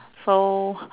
so